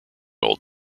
old